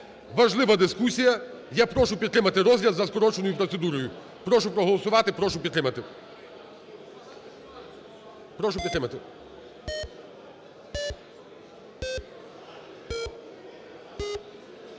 Важлива дискусія. Я прошу підтримати розгляд за скороченою процедурою. Прошу проголосувати. Прошу підтримати. Прошу підтримати.